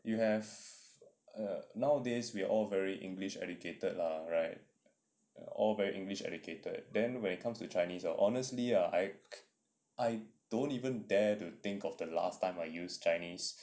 you have a nowadays we are all very english educated lah right all very english educated then when it comes to chinese ya honestly I I don't even dare to think of the last time I used chinese